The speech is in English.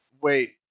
wait